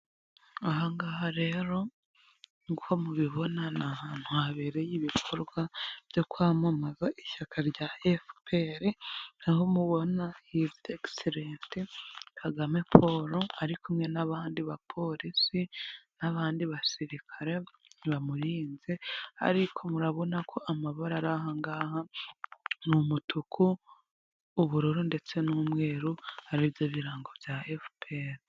Aha ngaha rero nk'uko mubibona ni ahantu habereye ibikorwa byo kwamamaza ishyaka rya FPR, aho mubona hizi egiserenti Kagame Paul ari kumwe n'abandi bapolisi n'abandi basirikare bamurinze, ariko murabona ko amabara ari aha ngaha ni umutuku, ubururu ndetse n'umweru aribyo birango bya FPR.